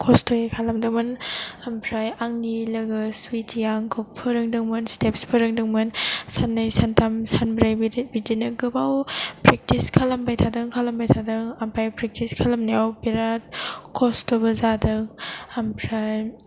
खस्थ'यै खालामदोंमोन ओमफ्राय आंनि लोगो स्विटिआ आंखौ फोरोंदोंमोन आंखौ स्टेप्स फोरोंदोंमोन साननै सानथाम सानब्रै बिदिनो गोबाव प्रेक्टिस खालामबाय थादों खालामबाय थादों ओमफ्राय प्रेक्टिस खालामनायाव बिराद खस्थ'बो जादों ओमफ्राय